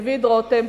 דוד רותם,